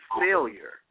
failure